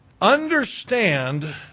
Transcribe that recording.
Understand